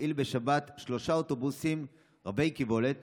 להפעיל בשבת שלושה אוטובוסים רבי-קיבולת